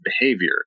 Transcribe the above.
behavior